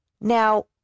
Now